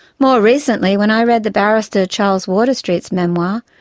more recently, when i read the barrister charles waterstreet's memoir,